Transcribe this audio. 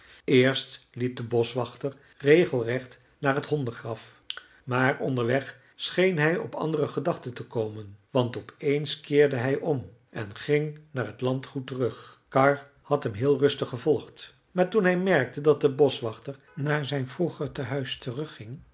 eerst liep de boschwachter regelrecht naar het hondengraf maar onderweg scheen hij op andere gedachten te komen want op eens keerde hij om en ging naar het landgoed terug karr had hem heel rustig gevolgd maar toen hij merkte dat de boschwachter naar zijn vroeger tehuis